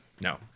no